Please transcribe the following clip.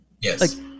Yes